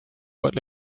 what